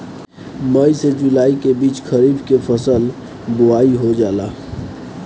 मई से जुलाई के बीच खरीफ के फसल के बोआई हो जाला